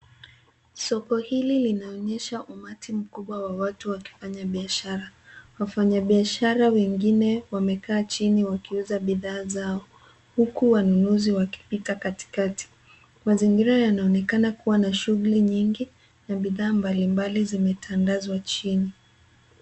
Soko hili linaonyesha umati mkubwa wa watu wakifanya biashara. Wafanyabiashara wengine wamekaa chini wakiuza bidhaa zao huku wanunuzi wakipita katikati. Mazingira yanaonekana kuwa na shughuli nyingi na bidhaa mbalimbali zimetandazwa chini.